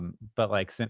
and but like, so